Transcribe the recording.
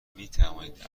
میتوانید